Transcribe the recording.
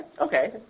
Okay